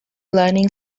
learning